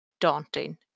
daunting